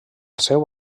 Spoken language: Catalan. seu